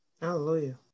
Hallelujah